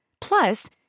Plus